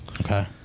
Okay